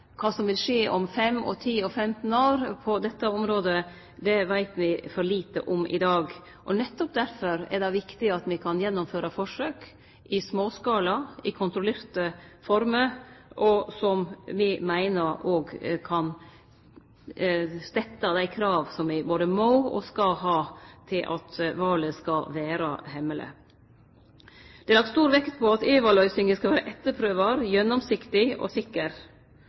kva som vil skje om 5, 10 og 15 år på dette området, veit me for lite om i dag. Nettopp difor er det viktig at me kan gjennomføre forsøk i småskala og i kontrollerte former, og som me meiner òg kan stette dei krava som me både må og skal ha for at valet skal vere hemmeleg. Det er lagt stor vekt på at e-valløysinga skal vere etterprøvbar, gjennomsiktig og sikker.